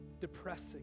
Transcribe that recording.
depressing